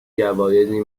جوایزی